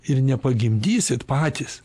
ir nepagimdysit patys